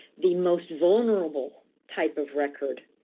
the most vulnerable type of record